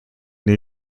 new